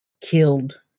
killed